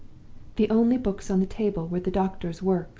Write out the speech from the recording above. the only books on the table were the doctor's works,